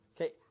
Okay